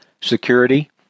security